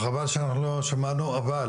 חבל שיש תקלה ואנחנו לא שמענו את סוף דבריו של והיב.